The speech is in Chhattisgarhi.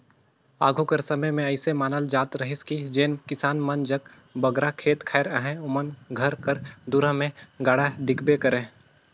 आघु कर समे मे अइसे मानल जात रहिस कि जेन किसान मन जग बगरा खेत खाएर अहे ओमन घर कर दुरा मे गाड़ा दिखबे करे